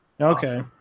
Okay